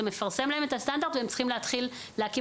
אתה מפרסם להם את הסטנדרט והם צריכים להתחיל להקים